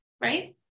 right